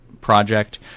project